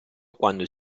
quando